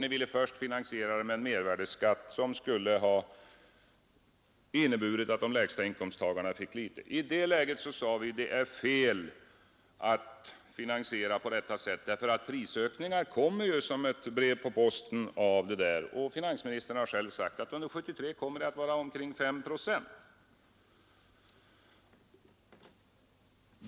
Ni ville först finansiera med en mervärdeskatt som skulle ha inneburit att de lägsta inkomsttagarna fick alltför litet. I det läget sade vi att det är fel att finansiera på detta sätt eftersom prisökningar därefter kommer som ett brev på posten — och finansministern har själv sagt att de under 1973 kommer att vara omkring 5 procent.